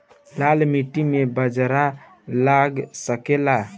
लाल माटी मे बाजरा लग सकेला?